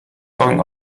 going